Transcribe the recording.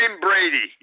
Brady